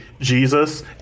Jesus